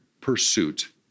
pursuit